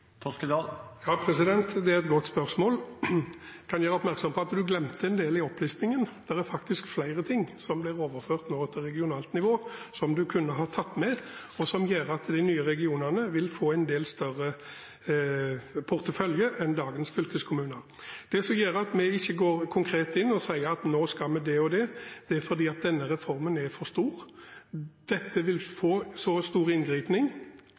Det er et godt spørsmål. Jeg kan gjøre oppmerksom på at du glemte en del i opplistingen. Det er faktisk flere ting som nå blir overført til regionalt nivå som du kunne ha tatt med, og som gjør at de nye regionene vil få en del større portefølje enn dagens fylkeskommuner. Det som gjør at vi ikke går konkret inn og sier at nå skal vi det og det, er at denne reformen er for stor. Dette vil få en så stor